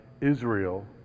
Israel